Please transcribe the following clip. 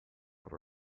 with